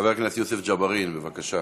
חבר הכנסת יוסף ג'בארין, בבקשה.